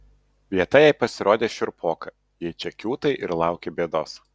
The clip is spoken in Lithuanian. vieta jai pasirodė šiurpoka jei čia kiūtai ir lauki bėdos